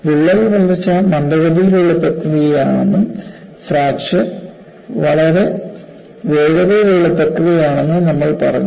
വിള്ളൽ വളർച്ച മന്ദഗതിയിലുള്ള പ്രക്രിയയാണെന്നും ഫ്രാക്ചർ വളരെ വേഗതയുള്ള പ്രക്രിയയാണെന്നും നമ്മൾ പറഞ്ഞു